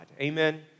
amen